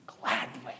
gladly